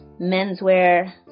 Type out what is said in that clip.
menswear